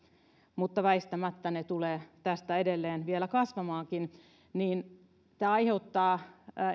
mutta väistämättä ne tulevat tästä edelleen vielä kasvamaankin niin tämä aiheuttaa